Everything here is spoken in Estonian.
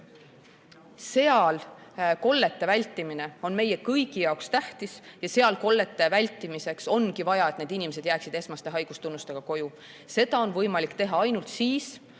Seal kollete vältimine on meie kõigi jaoks tähtis ja seal kollete vältimiseks ongi vaja, et need inimesed jääksid esmaste haigustunnustega koju. Seda on võimalik teha ainult siis,